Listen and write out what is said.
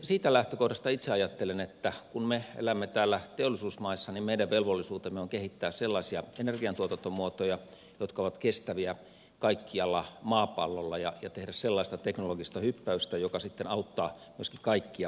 siitä lähtökohdasta itse ajattelen että kun me elämme täällä teollisuusmaissa niin meidän velvollisuutemme on kehittää sellaisia energiantuotantomuotoja jotka ovat kestäviä kaikkialla maapallolla ja tehdä sellaista teknologista hyppäystä joka sitten auttaa myöskin kaikkia kehittymään